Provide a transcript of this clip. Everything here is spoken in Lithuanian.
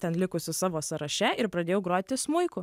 ten likusius savo sąraše ir pradėjau groti smuiku